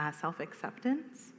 self-acceptance